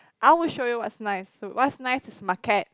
I will show you what's nice what's nice is my cat